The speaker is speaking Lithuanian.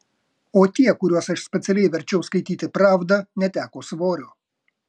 o tie kuriuos aš specialiai verčiau skaityti pravdą neteko svorio